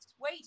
Wait